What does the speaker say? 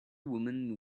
women